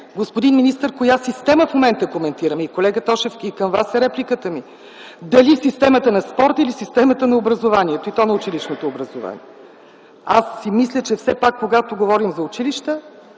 господин министър, коя система в момента коментираме. Колега Тошев, и към Вас е репликата ми – дали системата на спорта или системата на образованието, и то на училищното образование?! Мисля, че когато говорим за училища,